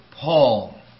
Paul